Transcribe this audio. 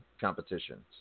competitions